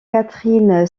catherine